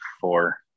four